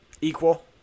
Equal